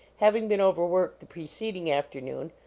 having been overworked the preceding afternoon,